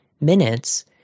minutes